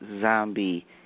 zombie